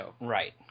Right